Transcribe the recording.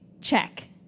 check